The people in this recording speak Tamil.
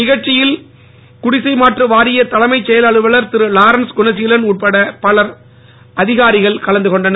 நிகழ்ச்சியில் குடிசை மாற்று வாரிய தலைமை செயலர் அலுவலர் திரு லாரன்ஸ் குணசீலன் உட்பட பல அதிகாரிகள் கலந்து கொண்டனர்